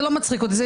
זה לא מצחיק אותי.